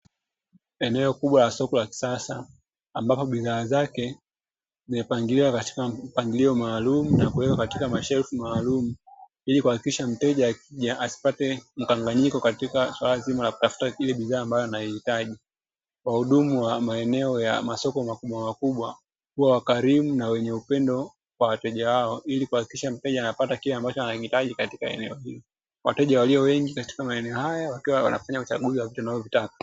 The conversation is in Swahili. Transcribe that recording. Eneo kubwa la soko la kisasa ambapo bidhaa zake zimepangiliwa katika mpangilio maalum na kuweka katika mashelfu maalumu ili kuhakikisha mteja asipate mkanganyiko katika swala zima la kutafuta kile bidhaa ambayo anahitaji kuwahudumu wa maeneo ya masoko makubwa kuwa wakarimu na wenye upendo kwa wateja wao ili kuhakikisha mteja anapata kile ambacho anakihitaji katika eneo wateja walio wengi katika maeneo haya wakiwa wanafanya uchaguzi wa vitu wanavyovitaka.